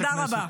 תודה רבה.